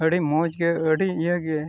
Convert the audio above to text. ᱟᱰᱤ ᱢᱚᱡᱽᱜᱮ ᱟᱰᱤ ᱤᱭᱟᱹᱜᱮ